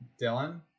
Dylan